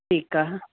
ठीकु आहे